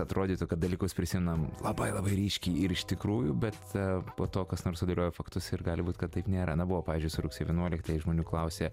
atrodytų kad dalykus prisimenam labai labai ryškiai ir iš tikrųjų bet po to kas nors sudėlioja faktus ir gali būt kad taip nėra na buvo pavyzdžiui su rugsėjo vienuoliktąją žmonių klausė